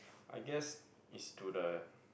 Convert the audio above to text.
I guessed is to the